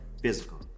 physical